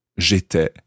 j'étais